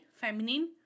feminine